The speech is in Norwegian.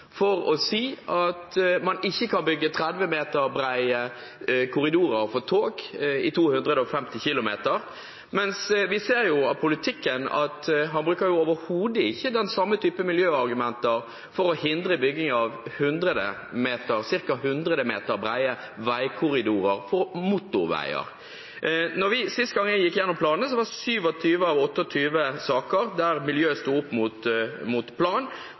for å si at man ikke kan bygge 30 meter brede korridorer for tog som kjører i 250 km/t, men vi ser jo av politikken at han overhodet ikke bruker den samme typen miljøargumenter for å hindre bygging av ca. 100 meter brede veikorridorer for motorveier. Sist gang vi gikk igjennom planene, ble det i 27 av 28 saker, der miljø sto opp mot plan,